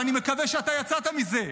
ואני מקווה שאתה יצאת מזה.